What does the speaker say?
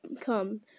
come